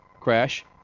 crash